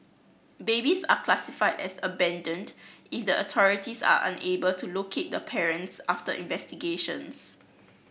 babies are classified as abandoned if the authorities are unable to locate the parents after investigations